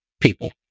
people